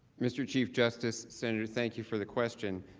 mr. chief justice center thank you for the question,